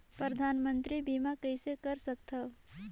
परधानमंतरी बीमा कइसे कर सकथव?